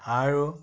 আৰু